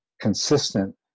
consistent